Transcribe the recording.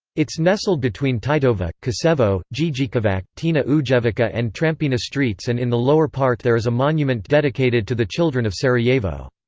it's nestled between titova, kosevo, dzidzikovac, tina ujevica and trampina streets and in the lower part there is a monument dedicated to the children of sarajevo.